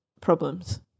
problems